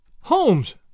Holmes